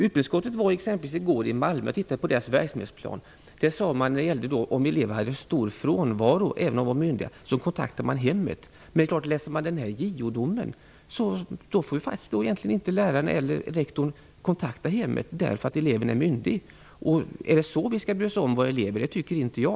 Utbildningsutskottet var i går på besök i Malmö och studerade verksamhetsplanen där. I den föreskrivs att hemmen skall kontaktas om elever har hög frånvaro, även om de är myndiga. Men enligt JO domen skall faktiskt lärare och rektor inte få kontakta föräldrahemmet därför att eleven är myndig. Är det på det sättet som vi skall bry oss om våra elever? Det tycker inte jag.